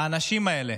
האנשים האלה